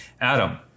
Adam